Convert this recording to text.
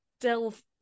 delve